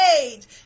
age